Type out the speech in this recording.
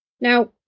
Now